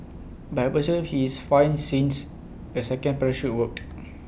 but I presume he is fine since the second parachute worked